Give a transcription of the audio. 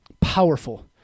Powerful